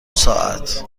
ساعت